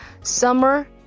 summer